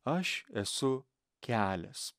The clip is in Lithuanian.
aš esu kelias